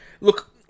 Look